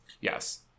yes